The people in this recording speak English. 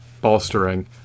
bolstering